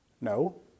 No